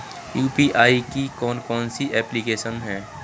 UPI की कौन कौन सी एप्लिकेशन हैं?